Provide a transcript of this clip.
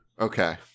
Okay